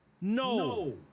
No